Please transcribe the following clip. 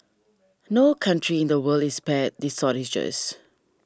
no country in the world is spared these shortages